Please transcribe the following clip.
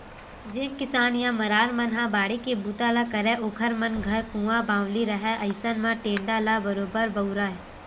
जेन किसान या मरार मन ह बाड़ी के बूता ल करय ओखर मन घर कुँआ बावली रहाय अइसन म टेंड़ा ल बरोबर बउरय